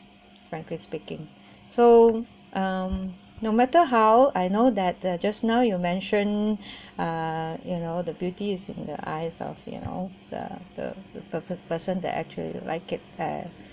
frankly speaking so um no matter how I know that they're just now you mentioned uh you know the beauty is in the eyes of you know the the person that actually like it and